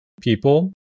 people